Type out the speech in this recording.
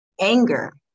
anger